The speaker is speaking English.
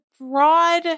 broad